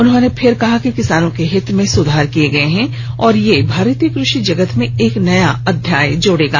उन्होंने फिर कहा कि किसानों के हित में सुधार किये गये हैं और ये भारतीय क्रषि जगत में एक नया अध्याय जोड़गा